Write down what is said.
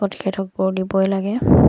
প্ৰতিষেধকবোৰ দিবই লাগে